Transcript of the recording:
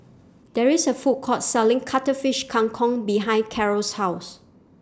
There IS A Food Court Selling Cuttlefish Kang Kong behind Karel's House